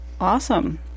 Awesome